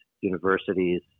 universities